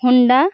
Honda